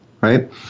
right